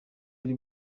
ari